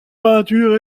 peinture